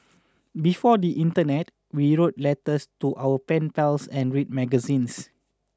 before the internet we wrote letters to our pen pals and read magazines